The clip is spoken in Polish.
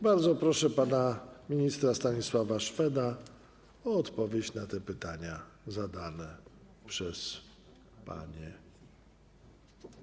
Bardzo proszę pana ministra Stanisława Szweda o odpowiedź na te pytania zadane przez panie posłanki.